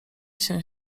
się